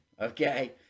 Okay